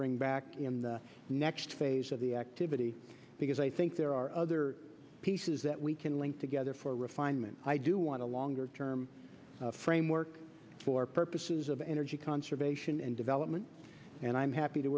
bring in the next phase of the activity because i think there are other pieces that we can link together for refinement i do want a longer term framework for purposes of energy conservation and development and i'm happy to